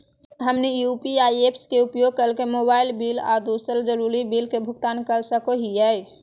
हमनी UPI apps के उपयोग करके मोबाइल बिल आ दूसर जरुरी बिल के भुगतान कर सको हीयई